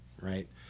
Right